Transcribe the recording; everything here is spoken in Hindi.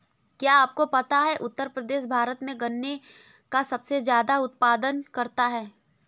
क्या आपको पता है उत्तर प्रदेश भारत में गन्ने का सबसे ज़्यादा उत्पादन करता है?